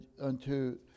unto